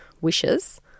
wishes